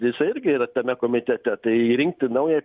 jisai irgi yra tame komitete tai rinkti naują